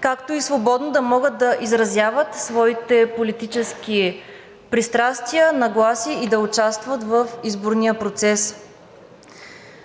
както и свободно да могат да изразяват своите политически пристрастия, нагласи и да участват в изборния процес.